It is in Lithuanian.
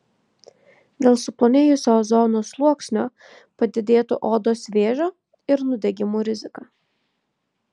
dėl suplonėjusio ozono sluoksnio padidėtų odos vėžio ir nudegimų rizika